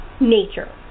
nature